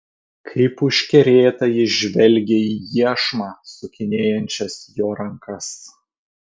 kaip užkerėta ji žvelgė į iešmą sukinėjančias jo rankas